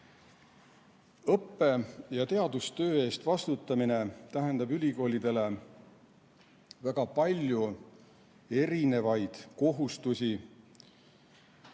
Õppe‑ ja teadustöö eest vastutamine tähendab ülikoolidele väga palju erinevaid kohustusi,